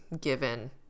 given